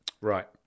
Right